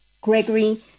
Gregory